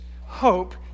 hope